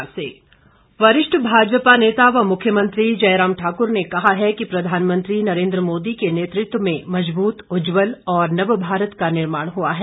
जयराम वरिष्ठ भाजपा नेता व मुख्यमंत्री जयराम ठाक्र ने कहा है कि प्रधानमंत्री नरेन्द्र मोदी के नेतृत्व में मजबूत उज्जवल और नव भारत का निर्माण हुआ है